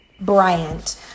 Bryant